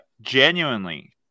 Genuinely